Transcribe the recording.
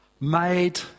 made